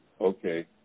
Okay